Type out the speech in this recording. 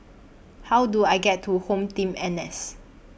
How Do I get to HomeTeam N S